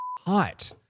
hot